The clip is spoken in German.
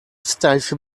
steife